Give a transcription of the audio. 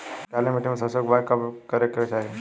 काली मिट्टी में सरसों के बुआई कब करे के चाही?